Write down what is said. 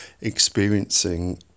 experiencing